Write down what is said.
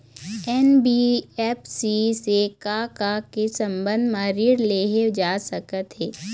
NBFC से का का के संबंध म ऋण लेहे जा सकत हे?